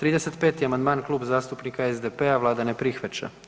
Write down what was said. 35. amandman Klub zastupnika SDP-a Vlada ne prihvaća.